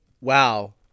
Wow